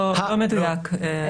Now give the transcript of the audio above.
לא מדויק.